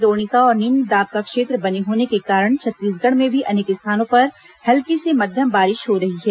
द्रोणिका और निम्न दाब का क्षेत्र बने होने के कारण छत्तीसगढ़ में भी अनेक स्थानों पर हल्की से मध्यम बारिश हो रही है